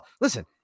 Listen